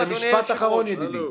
זה משפט אחרון, ידידי.